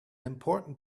important